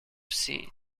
see